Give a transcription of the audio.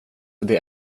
det